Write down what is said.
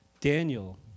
Daniel